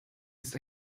ist